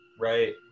Right